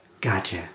Gotcha